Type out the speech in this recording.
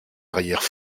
arrières